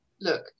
look